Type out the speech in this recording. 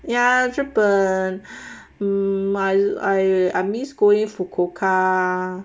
ya 日本 um I miss going fukuoka